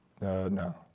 no